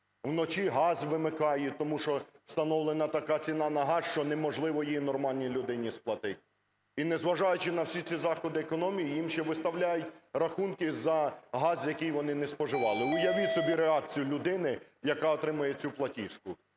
вночі газ вимикають, тому що встановлена така ціна на газ, що неможливо її нормальній людині сплатить. І, незважаючи на всі ці заходи економії, їм ще виставляють рахунки за газ, який вони не споживали. Уявіть собі реакцію людини, яка отримає цю платіжку.